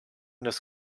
des